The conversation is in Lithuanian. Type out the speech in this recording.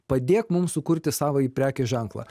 padėk mums sukurti savąjį prekės ženklą